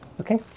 Okay